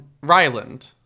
ryland